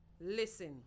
Listen